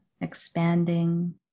expanding